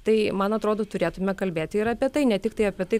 tai man atrodo turėtume kalbėti ir apie tai ne tiktai apie tai